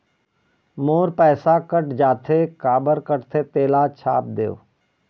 मोर पैसा कट जाथे काबर कटथे तेला छाप देव?